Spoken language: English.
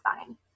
fine